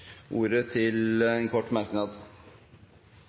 ordet til en kort merknad,